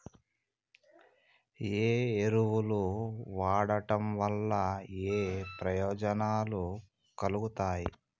ఏ ఎరువులు వాడటం వల్ల ఏయే ప్రయోజనాలు కలుగుతయి?